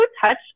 touch